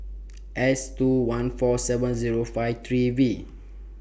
S two one four seven Zero five three V